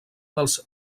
dels